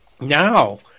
now